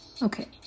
Okay